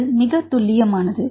அது மிக துல்லியமானது